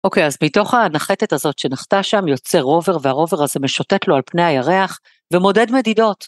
אוקיי, אז מתוך הנחתת הזאת שנחתה שם יוצא רובר והרובר הזה משוטט לו על פני הירח ומודד מדידות.